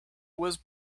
was